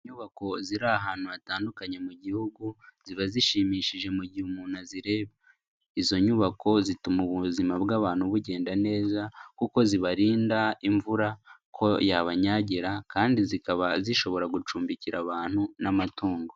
Inyubako ziri ahantu hatandukanye mu gihugu, ziba zishimishije mu gihe umuntu azireba. Izo nyubako zituma ubuzima bw'abantu bugenda neza, kuko zibarinda imvura ko yabanyagira ,kandi zikaba zishobora gucumbikira abantu n'amatungo.